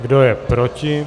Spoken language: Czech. Kdo je proti?